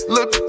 Look